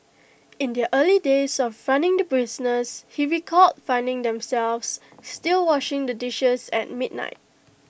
in their early days of running the business he recalled finding themselves still washing the dishes at midnight